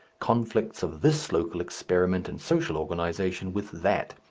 conflicts of this local experiment in social organization with that.